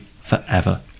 forever